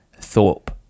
Thorpe